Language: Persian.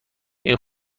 این